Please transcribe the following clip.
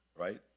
right